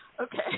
okay